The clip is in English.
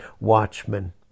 watchmen